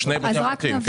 --- שני בתים פרטיים, כן.